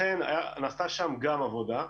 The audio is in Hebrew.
לכן נעשתה שם גם עבודה,